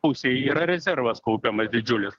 pusėj yra rezervas kaupiamas didžiulis